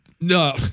No